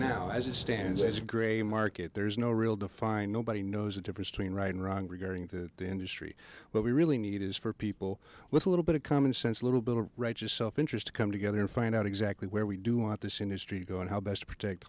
now as it stands this gray market there's no real defined nobody knows the difference between right and wrong going to the industry what we really need is for people with a little bit of common sense a little bit of righteous self interest to come together and find out exactly where we do want this industry to go and how best to protect